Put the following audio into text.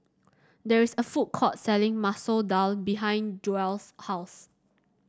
there is a food court selling Masoor Dal behind Joelle's house